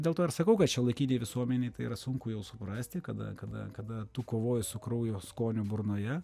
dėl to ir sakau kad šiuolaikinėj visuomenėj tai yra sunku jau suprasti kada kada kada tu kovoji su kraujo skoniu burnoje